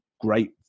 great